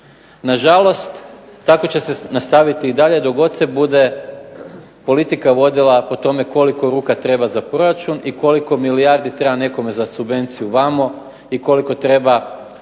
Na žalost tako će se nastaviti dalje dok god se bude politika vodila prema tome koliko ruka treba za proračun i koliko milijardi treba nekome za subvenciju vamo i koliko treba